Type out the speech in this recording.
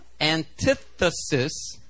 antithesis